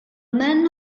men